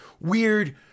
weird